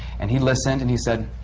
and he listened and he said,